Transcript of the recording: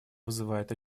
вызывает